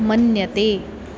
मन्यते